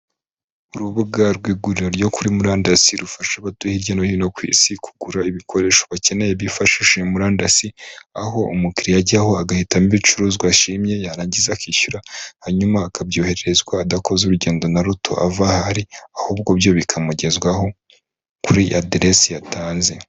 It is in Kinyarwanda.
Urubuga rw'iguriro ryo kuri murandas rufasha abatu hirya no hino ku isi kugura ibikoresho akeneye byifashishije murandasi aho umukiriya aho agahitamo ibicuruzwa ashimye yarangiza akishyura hanyuma akabyohererezwa adakoze urugendo na ruto ava ahari ahubwo byo bikamugezwaho kuri aderessi atazi.